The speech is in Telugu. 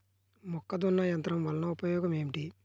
మొక్కజొన్న యంత్రం వలన ఉపయోగము ఏంటి?